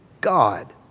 God